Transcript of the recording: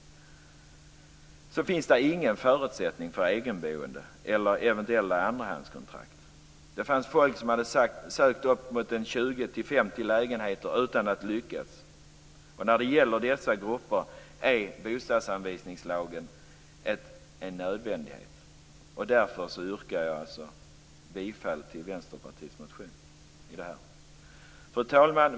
Ändå hade de ingen förutsättning för egenboende eller eventuella andrahandskontrakt. Det fanns folk som hade sökt uppemot 20-50 lägenheter utan att lyckas. För dessa grupper är bostadsanvisningslagen en nödvändighet. Därför yrkar jag bifall till Vänsterpartiets motion i frågan. Fru talman!